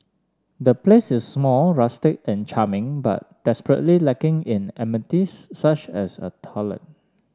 the place is small rustic and charming but desperately lacking in amenities such as a toilet